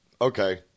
Okay